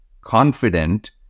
confident